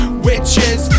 Witches